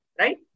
Right